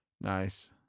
Nice